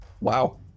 Wow